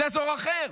זה אזור אחר.